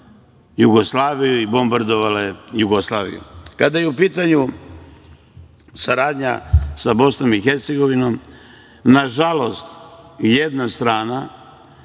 Jugoslaviju i bombardovale Jugoslaviju. Kada je u pitanju saradnja sa BiH, nažalost, jedna strana